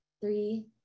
Three